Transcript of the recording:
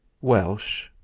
Welsh